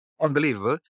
unbelievable